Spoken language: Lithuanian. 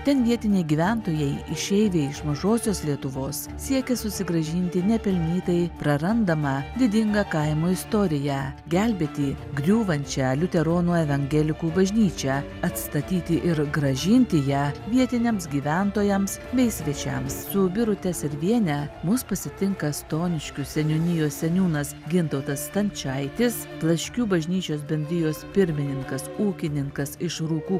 ten vietiniai gyventojai išeiviai iš mažosios lietuvos siekia susigrąžinti nepelnytai prarandamą didingą kaimo istoriją gelbėti griūvančią liuteronų evangelikų bažnyčią atstatyti ir grąžinti ją vietiniams gyventojams bei svečiams su birute serviene mus pasitinka stoniškių seniūnijos seniūnas gintautas stančaitis plaškių bažnyčios bendrijos pirmininkas ūkininkas iš rukų